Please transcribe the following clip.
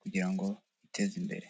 kugira ngo biteze imbere.